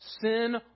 Sin